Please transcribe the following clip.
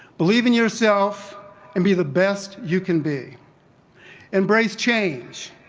believe in yourself and be the best you can be embrace change,